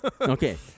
Okay